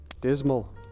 Dismal